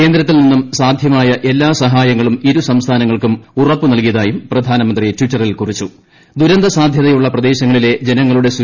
കേന്ദ്രത്തിൽ നിന്നും സാധ്യമായ എല്ലാ സഹായങ്ങളും ഇരുസംസ്ഥാനങ്ങൾക്കും ഉറപ്പു നൽകിയതായും പ്രധാനമന്ത്രി ട്വിറ്ററിൽ ദുരന്ത സാധ്യതയുള്ള പ്രദേശങ്ങളിലെ ജനങ്ങളുടെ കുറിച്ചു